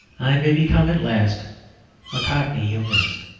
i may become at last a cockney humourist.